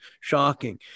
shocking